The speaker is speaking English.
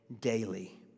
daily